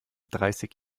dreißig